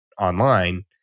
online